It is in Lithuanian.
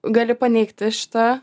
gali paneigti šitą